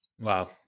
Wow